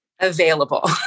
available